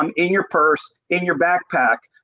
um in your purse, in your backpack.